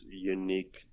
unique